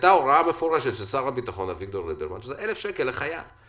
שהייתה הוראה מפורשת של שר הביטחון אביגדור ליברמן על 1,000 שקל לחייל.